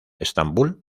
estambul